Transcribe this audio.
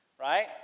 right